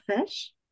fish